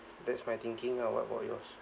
that's my thinking ah what about yours